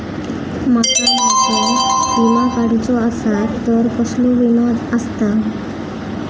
माका माझो विमा काडुचो असा तर कसलो विमा आस्ता?